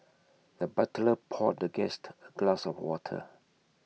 the butler poured the guest A glass of water